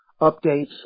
updates